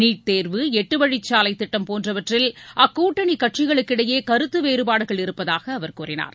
NEET தேர்வு எட்டு வழிச்சாலை திட்டம் போன்றவற்றில் அக்கூட்டணிக் கட்சிகளுக்கு இடையே கருத்து வேறுபாடுகள் இருப்பதாக அவர் கூறினார்